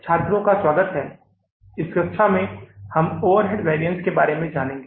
छात्रों का स्वागत है इसलिए इस कक्षा में हम ओवरहेड वरियन्स के बारे में जानेंगे